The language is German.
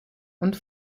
und